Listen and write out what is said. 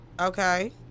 Okay